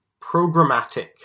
programmatic